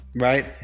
right